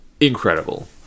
incredible